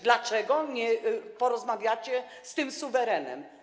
Dlaczego nie porozmawiacie z tym suwerenem?